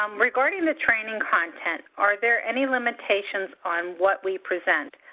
um regarding the training content are there any limitations on what we present,